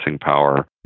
power